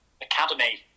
academy